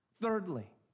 Thirdly